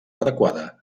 adequada